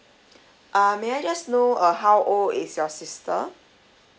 uh may I just know uh how old is your sister